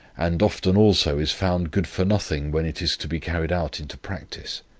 and often also is found good for nothing, when it is to be carried out into practice.